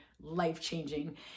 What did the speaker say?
life-changing